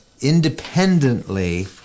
independently